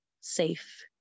safe